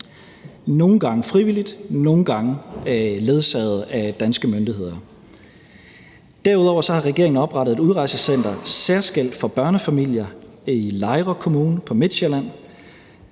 nogle gange frivilligt, nogle gange ledsaget af danske myndigheder. Derudover har regeringen oprettet et særskilt udrejsecenter for børnefamilier i Lejre Kommune på Midtsjælland.